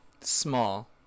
Small